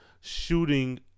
shooting